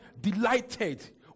Delighted